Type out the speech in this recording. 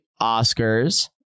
Oscars